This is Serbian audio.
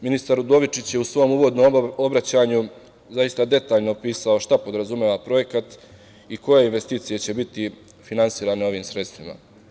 Ministar Udovičić je u svom uvodnom obraćanju zaista detaljno opisano šta podrazumeva projekat i koje investicije će biti finansirane ovim sredstvima.